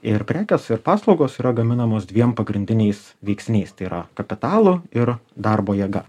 ir prekės ir paslaugos yra gaminamos dviem pagrindiniais veiksniais tai yra kapitalu ir darbo jėga